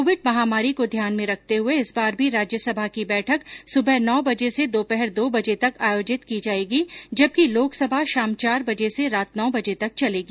Covid महामारी को ध्यान में रखते हुए इस बार भी राज्यसभा की बैठक सुबह नौ बजे से दोपहर दो बजे तक आयोजित की जायेगी जबकि लोकसभा शाम चार बजे से रात नौ बजे तक चलेगी